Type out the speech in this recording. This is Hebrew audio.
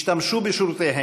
השתמשו בשירותיהם.